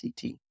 CT